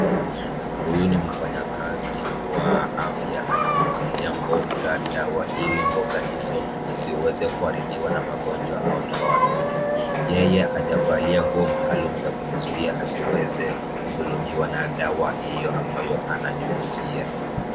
Huyu ni mfanyakazi wa afya anamwagilia mboga dawa ili mboga hizo zisiweze kuharibiwa na magonjwa au na wadudu. Yeye hajavalia nguo maalum za kumzuia asiweze kudhulumiwa na dawa hiyo ambayo ananyunyizia.